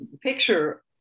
picture